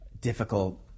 difficult